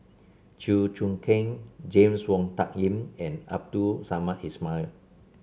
Chew Choo Keng James Wong Tuck Yim and Abdul Samad Ismail